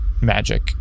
magic